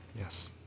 Yes